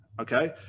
okay